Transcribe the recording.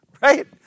Right